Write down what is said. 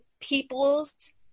people's